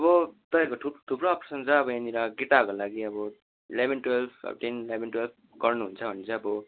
अब तपाईँको थु थुप्रो अप्सन छ अब यहाँनिर केटाहरूको लागि अब इलेभेन टुएल्भ अब टेन इलेभेन टुएल्भ गर्नहुन्छ भने चाहिँ अब